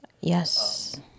Yes